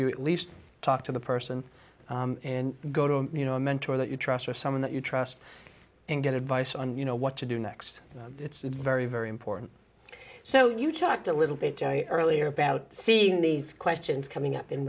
you at least talk to the person and go to a you know a mentor that you trust or someone that you trust and get advice on you know what to do next it's very very important so you talked a little bit earlier about seeing these questions coming up in